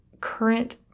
current